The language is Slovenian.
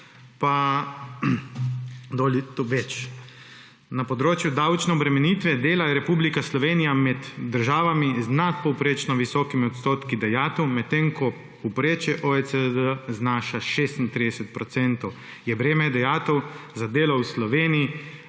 pa več. Na področju davčne obremenitve dela je Republika Slovenija med državami z nadpovprečno visokimi odstotki dajatev, medtem ko povprečje OECD znaša 36 procentov. Je breme dajatev za delo v Sloveniji,